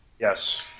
Yes